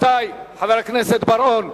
רבותי, חבר הכנסת בר-און,